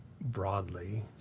broadly